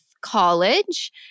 college